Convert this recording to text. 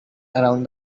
around